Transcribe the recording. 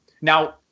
Now